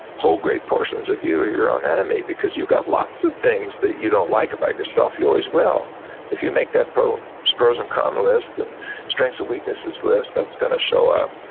whole great portions of you are your own enemy because you've got lots of things that you don't like about yourself. you always will if you make that pros so pros and con list and strengths or weaknesses list, that's gonna show up.